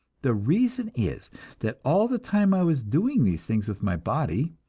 the reason is that all the time i was doing these things with my body,